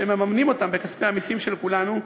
מממנים אותם בכספי המסים של כולנו,